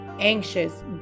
Anxious